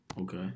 Okay